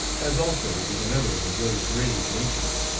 as also was another of a very grave nature.